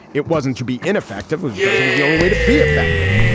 it wasn't to be ineffective was because it was the only way to be effective.